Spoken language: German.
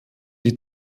die